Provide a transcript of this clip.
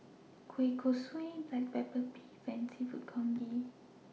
Kueh Kosui Black Pepper Beef and Seafood Congee